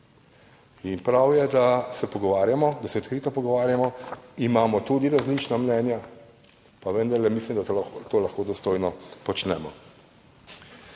Prav je, da se pogovarjamo, da se odkrito pogovarjamo, imamo tudi različna mnenja, pa vendarle mislim, da to lahko počnemo